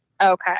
Okay